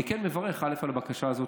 אני כן מברך על הבקשה הזאת.